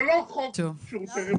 זה לא חוק שירותי רווחה.